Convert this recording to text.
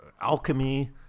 alchemy